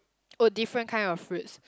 oh different kind of fruits